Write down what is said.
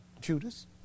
Judas